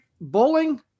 bowling